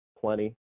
plenty